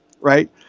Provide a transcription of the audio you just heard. right